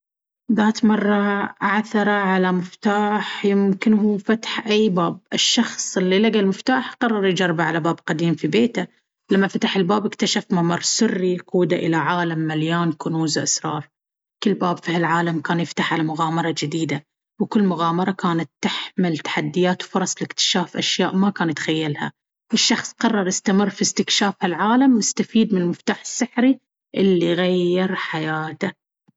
ذات مرة، عُثر على مفتاح يمكنه فتح أي باب. الشخص اللي لقى المفتاح قرر يجربه على باب قديم في بيته. لما فتح الباب، اكتشف ممر سري يقوده إلى عالم مليان كنوز وأسرار. كل باب في هالعالم كان يفتح على مغامرة جديدة، وكل مغامرة كانت تحمل تحديات وفرص لاكتشاف أشياء ما كان يتخيلها. الشخص قرر يستمر في استكشاف هالعالم، مستفيد من المفتاح السحري اللي غير حياته.